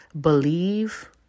Believe